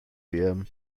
wir